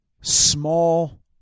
small